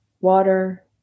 water